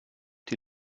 die